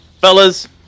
Fellas